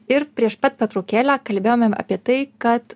ir prieš pat pertraukėlę kalbėjomėm apie tai kad